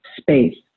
space